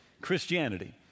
Christianity